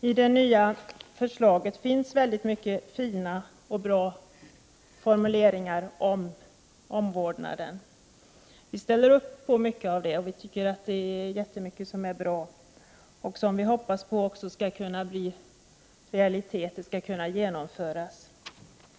I det nya förslaget finns väldigt mycket fina och bra formuleringar om omvårdnaden. Vi ställer upp på mycket av det och tycker att det är jättemycket som är bra och som vi hoppas skall kunna genomföras.